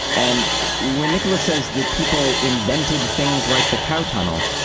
and when nicola says that people invented things like the cow tunnel,